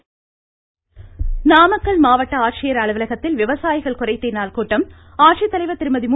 இருவரி நாமக்கல் மாவட்ட ஆட்சியர் அலுவலகத்தில் விவசாயிகள் குறை தீர் நாள் கூட்டம் ஆட்சித்தலைவர் திருமதி மு